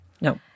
No